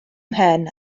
mhen